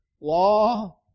law